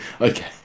okay